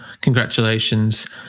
Congratulations